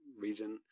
region